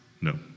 no